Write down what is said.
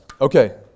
Okay